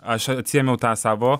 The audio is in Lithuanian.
aš atsiėmiau tą savo